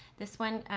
this one